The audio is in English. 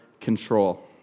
control